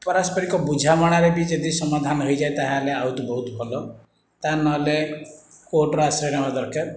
ପାରସ୍ପରିକ ବୁଝାମଣାରେ ବି ଯଦି ସମାଧାନ ହେଇଯାଏ ତାହେଲେ ଆଉ ତ ବହୁତ ଭଲ ତା ନହେଲେ କୋର୍ଟର ଆଶ୍ରୟ ନେବା ଦରକାର